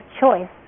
choice